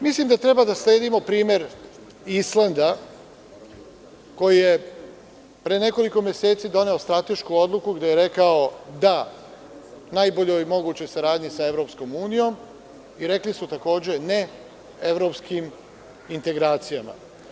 Mislim da treba da sledimo primer Islanda, koji je pre nekoliko meseci doneo stratešku odluku gde je rekao – da, najboljoj mogućoj saradnji sa EU i rekli su takođe – ne, evropskim integracijama.